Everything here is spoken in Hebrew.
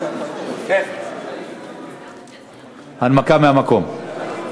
הנמקה מהמקום.